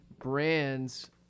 brands